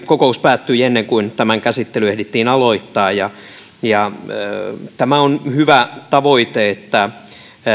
kokous päättyi ennen kuin tämän käsittely ehdittiin aloittaa tämä on hyvä tavoite että